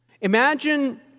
Imagine